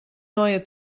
neue